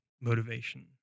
motivation